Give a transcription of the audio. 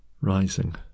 rising